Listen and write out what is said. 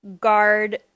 guard